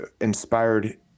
inspired